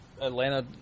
Atlanta